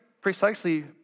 precisely